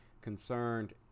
concerned